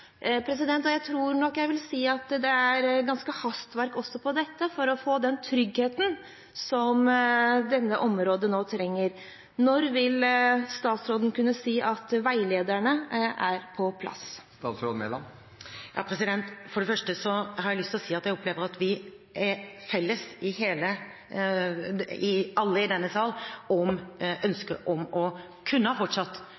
ulike innkjøpsstrategiene. Jeg tror nok jeg vil si at det er hastverk også med dette for å få den tryggheten som dette området nå trenger. Når vil statsråden kunne si at veilederne er på plass? For det første har jeg lyst til å si at jeg opplever at vi er felles, alle i denne sal, om